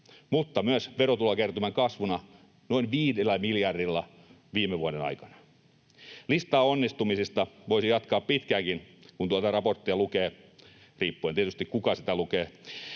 mutta myös verotulokertymän kasvuna noin viidellä miljardilla viime vuoden aikana. Listaa onnistumisista voisi jatkaa pitkäänkin, kun tuota raporttia lukee — riippuen tietysti siitä, kuka sitä lukee